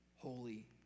Holy